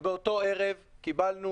באותו ערב קיבלנו,